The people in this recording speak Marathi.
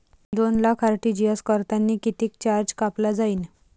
दोन लाख आर.टी.जी.एस करतांनी कितीक चार्ज कापला जाईन?